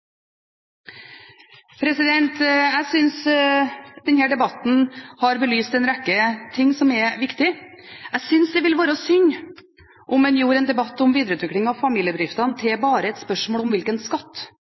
Jeg synes denne debatten har belyst en rekke ting som er viktig. Jeg synes det ville være synd om en gjorde en debatt om videreutvikling av familiebedriftene til bare et spørsmål om hvilken skatt